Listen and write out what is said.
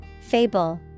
Fable